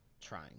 trying